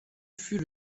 fut